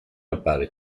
appare